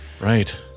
Right